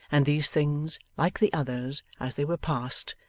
and these things, like the others, as they were passed,